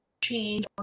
change